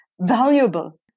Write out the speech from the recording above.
Valuable